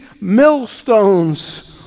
millstones